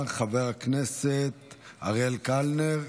חבר הכנסת אריאל קלנר,